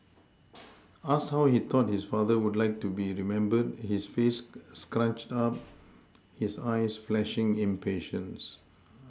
asked how he thought his father would like to be remembered his face scrunched up his eyes flashing impatience